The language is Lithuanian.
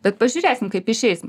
bet pažiūrėsim kaip išeis